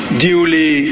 duly